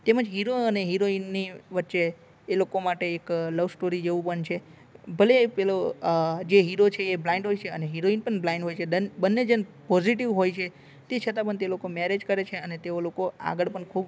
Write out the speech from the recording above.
તેમજ હીરો અને હિરોઈનની વચ્ચે એ લોકો માટે એક લવસ્ટોરી જેવું પણ છે ભલે પેલો જે હીરો છે બ્લાઇન્ડ હોય છે અને હિરોઈન પણ બ્લાઇન્ડ હોય છે બંને જણ પોઝિટિવ હોય છે તે છતાં પણ તે લોકો મેરેજ કરે છે અને તે લોકો આગળ પણ ખૂબ